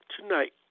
tonight